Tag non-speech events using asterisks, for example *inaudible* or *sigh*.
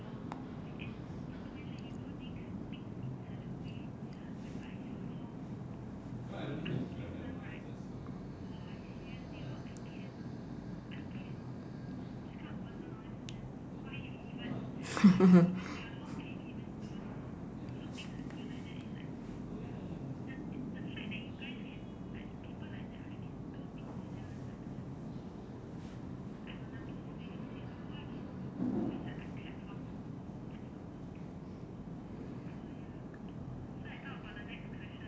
*laughs*